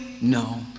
No